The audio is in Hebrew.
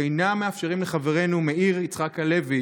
שאינם מאפשרים לחברנו מאיר יצחק הלוי